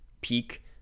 peak